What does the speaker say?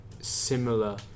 similar